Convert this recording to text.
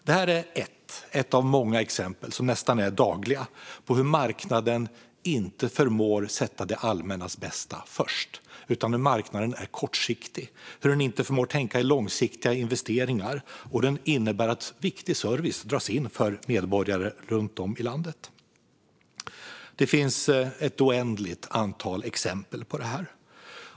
Detta är ett av de många exempel - vi ser dem nästan dagligen - på hur marknaden inte förmår att sätta det allmänna bästa först. Marknaden är kortsiktig och förmår inte att tänka i långsiktiga investeringar, och det innebär att viktig service dras in för medborgare runt om i landet. Det finns ett oändligt antal exempel på detta.